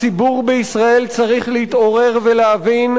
הציבור בישראל צריך להתעורר ולהבין: